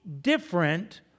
different